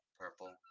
purple